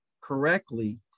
correctly